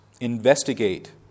Investigate